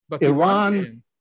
Iran